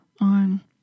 on